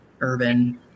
urban